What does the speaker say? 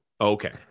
Okay